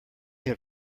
had